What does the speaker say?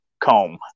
comb